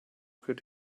could